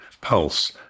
pulse